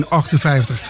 1958